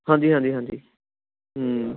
ਹਾਂਜੀ ਹਾਂਜੀ ਹਾਂਜੀ